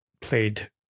played